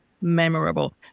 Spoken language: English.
memorable